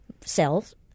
cells